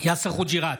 יאסר חוג'יראת,